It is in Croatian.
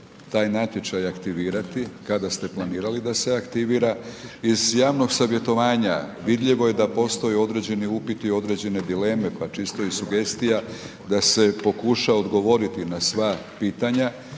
taj natječaj aktivirati, kada ste planirali da se aktivira? Iz javnog savjetovanja vidljivo je da postoje određeni upiti i određene dileme pa čisto i sugestija da se pokuša odgovoriti na sva pitanja